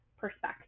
perspective